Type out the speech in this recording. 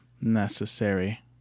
necessary